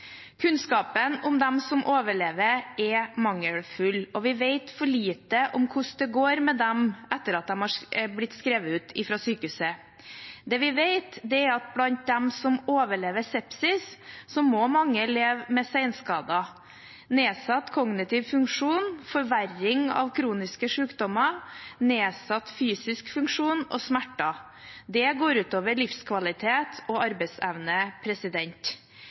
Kunnskapen om dem som overlever, er mangelfull, og vi vet for lite om hvordan det går med dem etter at de har blitt skrevet ut fra sykehuset. Det vi vet, er at blant dem som overlever sepsis, må mange leve med senskader, som nedsatt kognitiv funksjon, forverring av kroniske sykdommer, nedsatt fysisk funksjon og smerter. Det går ut over livskvalitet og arbeidsevne.